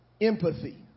empathy